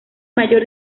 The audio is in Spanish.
mayor